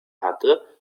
hatte